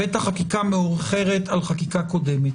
בטח חקיקה מאוחרת על חקיקה קודמת.